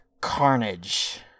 carnage